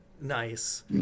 Nice